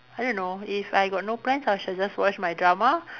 I don't know if I got no plan I shall just watch my drama